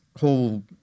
whole